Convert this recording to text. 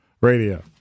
radio